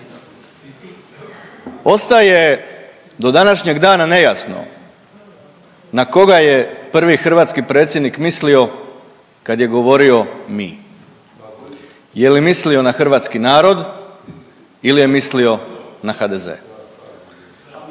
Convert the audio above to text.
Ostaje do današnjeg dana nejasno na koga je prvi hrvatski predsjednik mislio kad je govorio mi. Je li mislio na hrvatski narod ili je mislio na HDZ?